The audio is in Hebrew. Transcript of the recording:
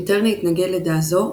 מיטרני התנגד לדעה זו,